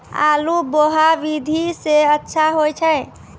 आलु बोहा विधि सै अच्छा होय छै?